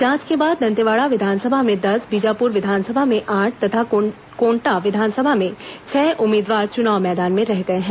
जांच के बाद दंतेवाड़ा विधानसभा में दस बीजापुर विधानसभा में आठ तथा कोंटा विधानसभा में छह उम्मीदवार चुनाव मैदान में रह गए हैं